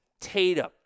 Tatum